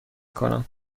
کنم